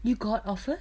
you got offered